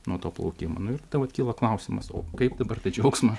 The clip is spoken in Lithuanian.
nuo to plaukimo nu ir tau kyla klausimas o kaip dabar tą džiaugsmą